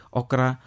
okra